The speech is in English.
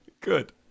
Good